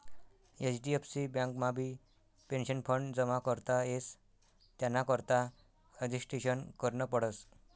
HDFC बँकमाबी pension fund जमा करता येस त्यानाकरता रजिस्ट्रेशन करनं पडस